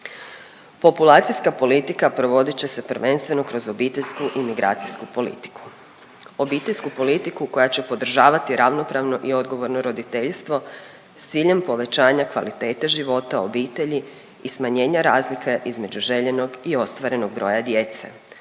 Populacijska politika provodit će se prvenstveno kroz obiteljsku imigracijsku politiku. Obiteljsku politiku koja će podržavati ravnopravno i odgovorno roditeljstvo s ciljem povećanja kvalitete života obitelji i smanjenja razlika između željenog i ostvarenog broja djece